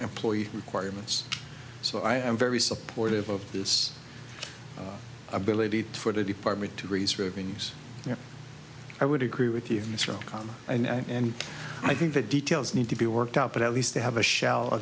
employee requirements so i am very supportive of this ability for the department to raise revenues here i would agree with you mr o'connor and i think the details need to be worked out but at least they have a shall